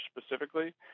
specifically